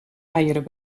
eieren